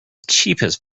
cheapest